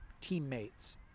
teammates